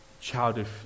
childish